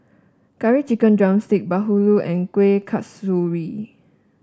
Curry Chicken drumstick bahulu and Kuih Kasturi